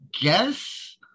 guess